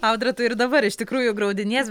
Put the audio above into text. audra tu ir dabar iš tikrųjų graudinies